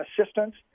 assistance